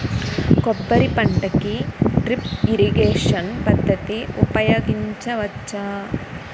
కొబ్బరి పంట కి డ్రిప్ ఇరిగేషన్ పద్ధతి ఉపయగించవచ్చా?